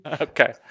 Okay